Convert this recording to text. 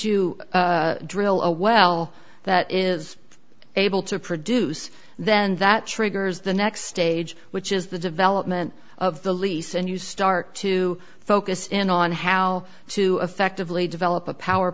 you drill a well that is able to produce then that triggers the next stage which is the development of the lease and you start to focus in on how to effectively develop a power